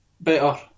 better